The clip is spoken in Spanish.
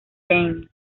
dame